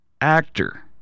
actor